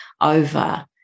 over